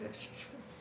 that's true